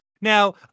Now